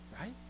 right